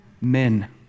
men